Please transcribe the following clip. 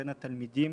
בין התלמידים,